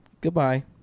goodbye